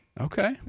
Okay